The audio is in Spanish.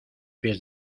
pies